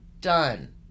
done